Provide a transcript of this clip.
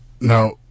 now